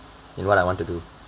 in what I want to do